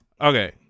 Okay